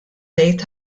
ngħid